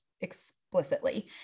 explicitly